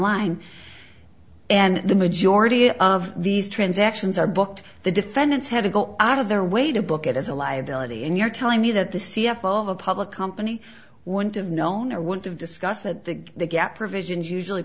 line and the majority of these transactions are booked the defendants have to go out of their way to book it as a liability and you're telling me that the c f o of a public company wouldn't have known or would have discussed that the gap provisions usually